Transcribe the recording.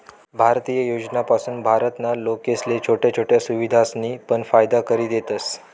भारतीय योजनासपासून भारत ना लोकेसले छोट्या छोट्या सुविधासनी पण फायदा करि देतस